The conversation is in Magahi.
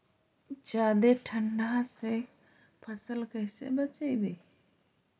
जादे ठंडा से फसल कैसे बचइबै?